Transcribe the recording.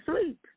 sleep